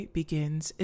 begins